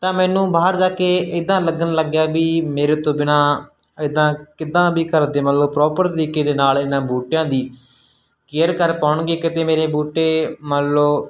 ਤਾਂ ਮੈਨੂੰ ਬਾਹਰ ਜਾ ਕੇ ਇੱਦਾਂ ਲੱਗਣ ਲੱਗਿਆ ਵੀ ਮੇਰੇ ਤੋਂ ਬਿਨਾਂ ਇੱਦਾਂ ਕਿੱਦਾਂ ਵੀ ਘਰਦੇ ਮਤਲਬ ਪਰੋਪਰ ਤਰੀਕੇ ਦੇ ਨਾਲ ਇਹਨਾਂ ਬੂਟਿਆਂ ਦੀ ਕੇਅਰ ਕਰ ਪਾਉਣਗੇ ਕਿਤੇ ਮੇਰੇ ਬੂਟੇ ਮੰਨ ਲਓ